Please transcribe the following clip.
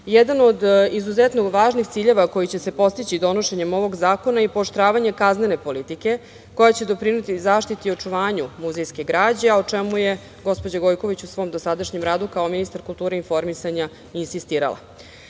od izuzetno važnih ciljeva koji će se postići donošenjem ovog zakona je i pooštravanje kaznene politike, koja će doprineti zaštiti i očuvanju muzejske građe, a o čemu je gospođa Gojković u svom dosadašnjem radu, kao ministar kulture i informisanja, insistirala. Na